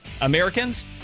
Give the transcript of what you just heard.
Americans